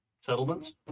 settlements